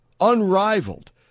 unrivaled